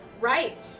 Right